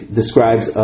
describes